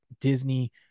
Disney